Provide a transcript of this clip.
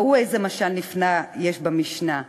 ראו איזה משל נפלא יש במשנה: